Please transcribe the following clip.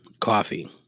coffee